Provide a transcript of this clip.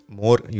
more